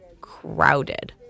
crowded